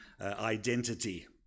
identity